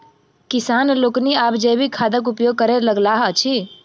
किसान लोकनि आब जैविक खादक उपयोग करय लगलाह अछि